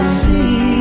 see